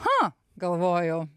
cha galvoju